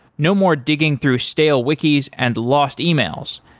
no more digging through stale wikis and lost emails.